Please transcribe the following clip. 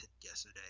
yesterday